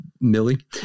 Millie